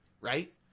Right